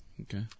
Okay